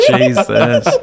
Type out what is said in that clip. Jesus